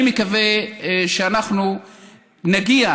אני מקווה שאנחנו נגיע